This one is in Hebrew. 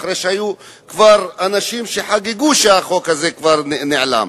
אחרי שהיו כבר אנשים שחגגו שהחוק הזה כבר נעלם.